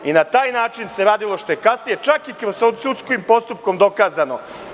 I na taj način se radilo, što je kasnije u sudskom postupku i dokazano.